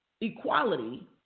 equality